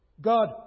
God